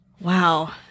Wow